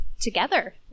together